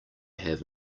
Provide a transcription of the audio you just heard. have